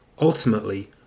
Ultimately